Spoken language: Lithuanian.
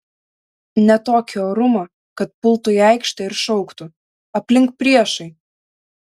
ne tokį orumą kad pultų į aikštę ir šauktų aplink priešai